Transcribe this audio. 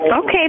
Okay